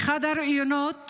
באחד הראיונות